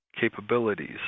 capabilities